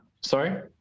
Sorry